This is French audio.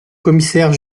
commissaire